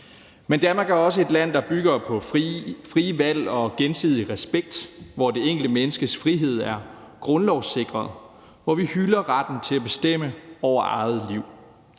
Men Danmark er også et land, der bygger på frie valg og gensidig respekt, hvor det enkelte menneskes frihed er grundlovssikret, og hvor vi hylder retten til at bestemme over eget liv.